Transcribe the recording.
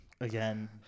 Again